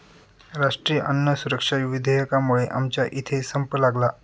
राष्ट्रीय अन्न सुरक्षा विधेयकामुळे आमच्या इथे संप लागला